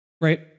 right